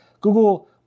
Google